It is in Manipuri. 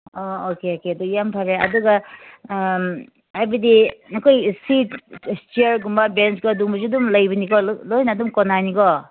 ꯑꯥ ꯑꯣꯀꯦ ꯑꯣꯀꯦ ꯑꯗꯨ ꯌꯥꯝ ꯐꯔꯦ ꯑꯗꯨꯒ ꯍꯥꯏꯕꯗꯤ ꯅꯈꯣꯏ ꯁꯤꯠ ꯆꯦꯌꯥꯔꯒꯨꯝꯕ ꯕꯦꯟꯁꯀ ꯑꯗꯨꯒꯨꯝꯕꯁꯨ ꯑꯗꯨꯝ ꯂꯩꯕꯅꯤꯀꯣ ꯂꯣꯏꯅ ꯑꯗꯨꯝ ꯀꯣꯟꯅꯅꯤꯀꯣ